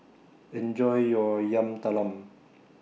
Enjoy your Yam Talam